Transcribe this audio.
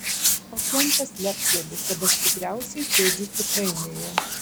o kentas lepteli kad aš tikriausiai sėdžiu cukrainėje